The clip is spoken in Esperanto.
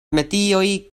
metioj